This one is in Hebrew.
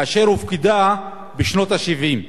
כאשר היא הופקדה בשנות ה-70.